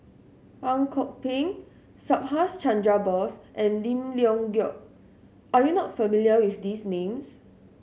Ang Kok Peng Subhas Chandra Bose and Lim Leong Geok are you not familiar with these names